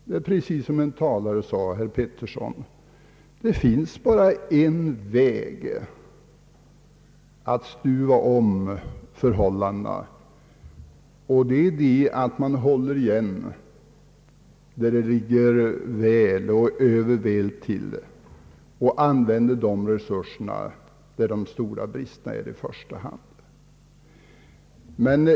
Det är precis så som en talare sade, herr Pettersson: Det finns bara en väg att stuva om förhållandena, och det är att man håller igen där behoven är väl och mer än väl tillgodosedda och använder de resurserna i första hand där de stora bristerna finns.